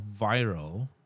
viral